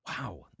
Wow